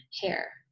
hair